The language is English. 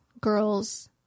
girls